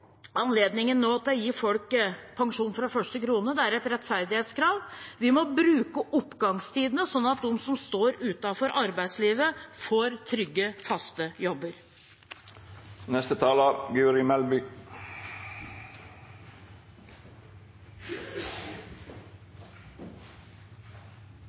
anledningen nå til å gi folk pensjon fra første krone. Det er et rettferdighetskrav. Vi må bruke oppgangstidene sånn at de som står utenfor arbeidslivet, får trygge, faste